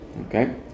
Okay